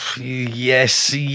yes